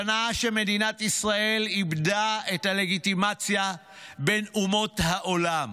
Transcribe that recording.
זו שנה שבה מדינת ישראל איבדה את הלגיטימציה בין אומות העולם.